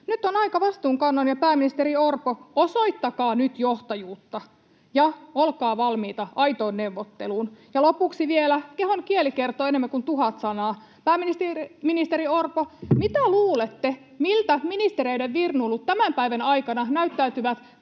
Nyt on vastuunkannon aika. Pääministeri Orpo, osoittakaa nyt johtajuutta ja olkaa valmiita aitoon neuvotteluun. Ja lopuksi vielä: Kehonkieli kertoo enemmän kuin tuhat sanaa. Pääministeri Orpo, mitä luulette, millaisina ministereiden virnuilut tämän päivän aikana näyttäytyvät